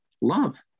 love